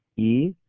e,